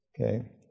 Okay